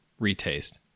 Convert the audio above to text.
retaste